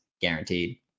Guaranteed